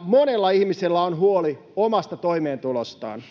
monella ihmisellä on huoli omasta toimeentulostaan.